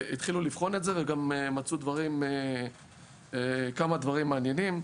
הם התחילו לבחון את זה וגם מצאו כמה דברים מעניינים.